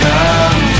Come